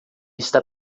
está